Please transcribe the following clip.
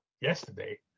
yesterday